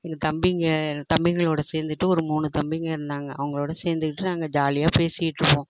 எங்கள் தம்பிங்கள் தம்பிங்களோடு சேர்ந்துட்டு ஒரு மூணு தம்பிங்கள் இருந்தாங்க அவங்களோட சேர்ந்துகிட்டு நாங்கள் ஜாலியாக பேசிகிட்டு இருப்போம்